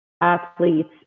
athletes